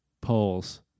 Polls